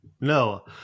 No